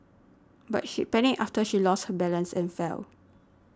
but she panicked after she lost her balance and fell